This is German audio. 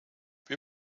wir